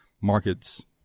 markets